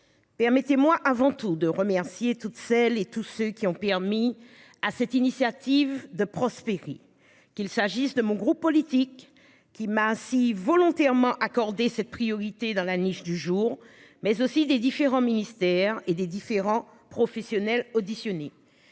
Permettez-moi avant tout de remercier toutes celles et tous ceux qui ont permis à cette initiative de prospérer. Qu'il s'agisse de mon groupe politique, qui m'a ainsi volontairement. Cette priorité dans la niche du jour mais aussi des différents ministères et des différents professionnels auditionnés.